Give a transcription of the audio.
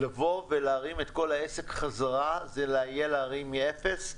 לבוא ולהרים את כל העסק חזרה זה להגיע להרים מאפס,